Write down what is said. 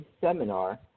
seminar